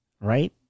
right